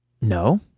No